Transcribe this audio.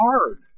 hard